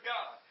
God